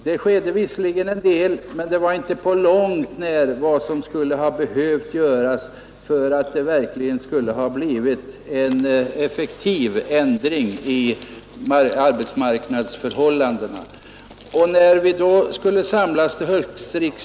Visserligen skedde det en del, men det var inte på långt när vad som hade behövts för att det skulle bli en effektiv ändring i arbetsmarknadsförhållandena.